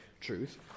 truth